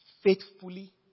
Faithfully